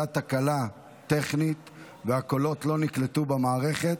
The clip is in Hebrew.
הייתה תקלה טכנית והקולות לא נקלטו במערכת,